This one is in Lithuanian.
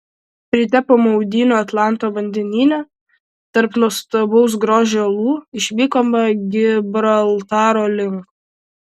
ryte po maudynių atlanto vandenyne tarp nuostabaus grožio uolų išvykome gibraltaro link